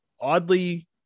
oddly